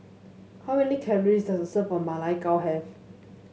how many calories does a serve of Ma Lai Gao have